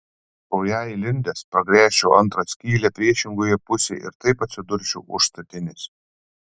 pro ją įlindęs pragręžčiau antrą skylę priešingoje pusėje ir taip atsidurčiau už statinės